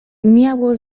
miało